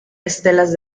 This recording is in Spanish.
estelas